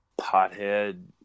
pothead